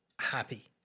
happy